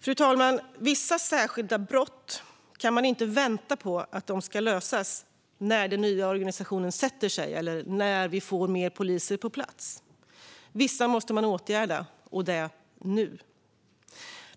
Fru talman! När det gäller vissa brott kan man inte vänta på att de ska lösas när den nya organisationen sätter sig eller när vi får mer poliser på plats. Vissa måste man åtgärda, och det nu.